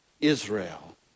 Israel